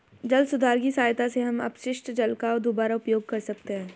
जल सुधार की सहायता से हम अपशिष्ट जल का दुबारा उपयोग कर सकते हैं